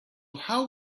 how